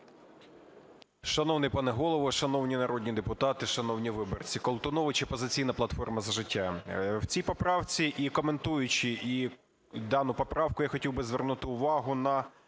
Шановний пане Голово, шановні народні депутати, шановні виборці! Колтунович, "Опозиційна платформа – За життя". У цій поправці і коментуючи дану поправку, я хотів би звернути увагу на